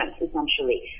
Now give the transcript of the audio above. essentially